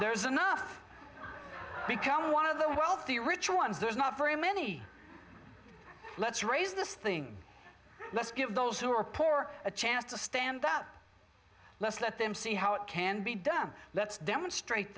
there's enough become one of the wealthy ritual ones there's not very many let's raise this thing let's give those who are poor a chance to stand up let's let them see how it can be done let's demonstrate